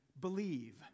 believe